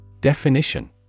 Definition